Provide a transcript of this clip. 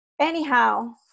Anyhow